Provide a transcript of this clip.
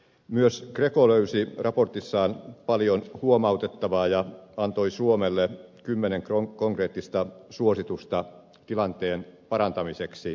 myös greco löysi raportissaan paljon huomautettavaa ja antoi suomelle kymmenen konkreettista suositusta tilanteen parantamiseksi